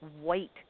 white